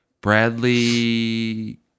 bradley